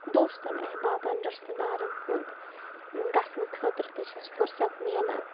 دوستَن اہبابَن رِشتہٕ دارن ہُنٛد گَژھنہٕ خٲطرٕ تہِ چھُس فرست میلان